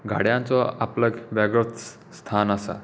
गाडयांचो आपलो वेगळोच स्थान आसा